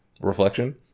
reflection